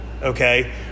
Okay